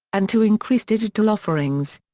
and to increase digital offerings.